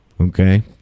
Okay